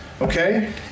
okay